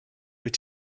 wyt